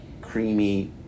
creamy